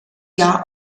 jahr